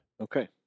Okay